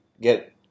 get